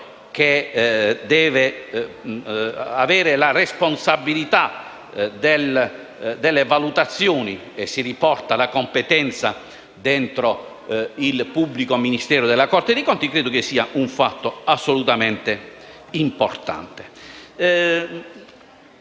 che deve avere la responsabilità delle valutazioni (si riporta la competenza al pubblico ministero della Corte dei conti), credo sia un fatto assolutamente importante.